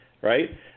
right